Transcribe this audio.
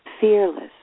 fearless